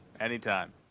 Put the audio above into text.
Anytime